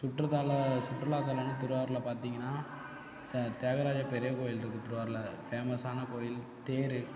சுற்றுத்தால சுற்றுலாத்தலமுனு திருவாரூரில் பார்த்திங்கன்னா த தியாகராஜர் பெரியக்கோயில் இருக்குது திருவாரூரில் ஃபேமஸான கோயில் தேர்